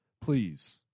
please